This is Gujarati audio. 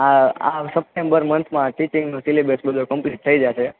આ આ સપ્ટેમ્બર મંથમાં ટીચિંગનો સિલેબસ બધો કમ્પ્લીટ થઈ જશે